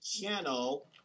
channel